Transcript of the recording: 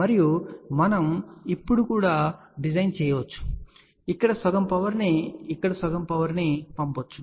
మరియు మనం ఇప్పుడు కూడా డిజైన్ చేయవచ్చు ఇక్కడ సగంపవర్ ని ఇక్కడ సగంపవర్ ని పంపవచ్చు